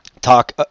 talk